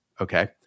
Okay